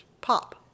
pop